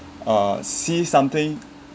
uh see something